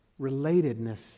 relatedness